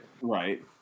Right